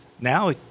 Now